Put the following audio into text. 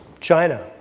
China